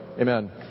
Amen